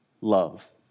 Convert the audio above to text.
Love